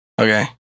Okay